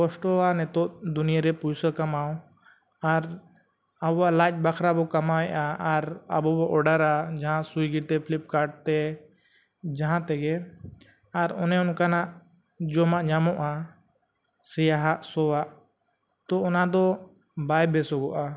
ᱠᱚᱥᱴᱚᱣᱟ ᱱᱤᱛᱚᱜ ᱫᱩᱱᱤᱭᱟᱹᱨᱮ ᱯᱩᱭᱥᱟᱹ ᱠᱟᱢᱟᱣ ᱟᱨ ᱟᱵᱚᱣᱟᱜ ᱞᱟᱡ ᱵᱟᱠᱷᱨᱟ ᱵᱚ ᱠᱟᱢᱟᱣᱮᱜᱼᱟ ᱟᱨ ᱟᱵᱚ ᱵᱚ ᱚᱰᱟᱨᱟ ᱡᱟᱦᱟᱸ ᱥᱩᱭᱜᱤ ᱛᱮ ᱯᱷᱞᱤᱯᱠᱟᱨᱴ ᱛᱮ ᱡᱟᱦᱟᱸ ᱛᱮᱜᱮ ᱟᱨ ᱚᱱᱮ ᱚᱱᱠᱟᱱᱟᱜ ᱡᱚᱢᱟᱜ ᱧᱟᱢᱚᱜᱼᱟ ᱥᱮᱭᱟᱦᱟᱜ ᱥᱚᱣᱟᱜ ᱛᱚ ᱚᱱᱟ ᱫᱚ ᱵᱟᱭ ᱵᱮᱥᱚᱜᱚᱜᱼᱟ